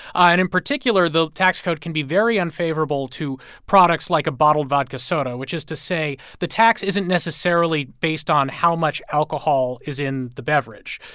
and in particular, the tax code can be very unfavorable to products like a bottled vodka soda, which is to say the tax isn't necessarily based on how much alcohol is in the beverage.